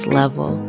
level